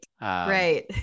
right